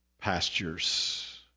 pastures